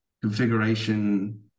configuration